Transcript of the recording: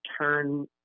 turn